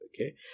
Okay